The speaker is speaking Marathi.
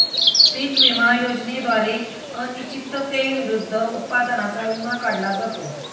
पीक विमा योजनेद्वारे अनिश्चिततेविरुद्ध उत्पादनाचा विमा काढला जातो